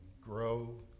grow